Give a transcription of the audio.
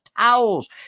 towels